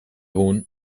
egun